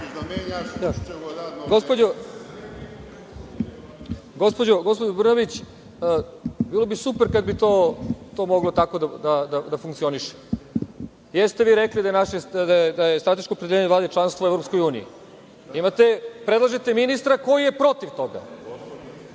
Gospođo Brnabić, bilo bi super kada bi to moglo tako da funkcioniše. Jeste vi rekli da je strateško opredeljenje Vlade članstvo u EU. Predlažete ministra koji je protiv